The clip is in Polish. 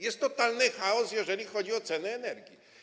Jest totalny chaos, jeżeli chodzi o ceny energii.